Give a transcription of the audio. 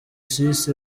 sisi